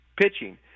pitching